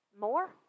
More